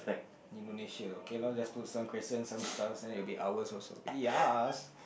Indonesia okay lah just put some questions some stars then it will be ours also yes